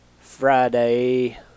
Friday